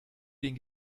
den